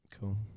Cool